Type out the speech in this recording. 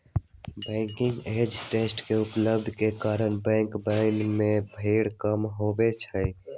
banking agents के उपलब्धता के कारण बैंकवन में भीड़ कम होबा हई